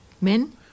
men